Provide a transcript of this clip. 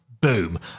Boom